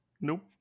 Nope